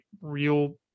real